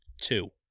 two